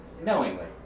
knowingly